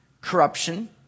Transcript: corruption